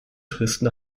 touristen